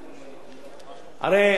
הרי זה לא יפתור את הבעיה.